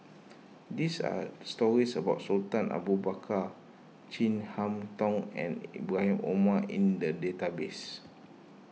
these are stories about Sultan Abu Bakar Chin Harn Tong and Ibrahim Omar in the database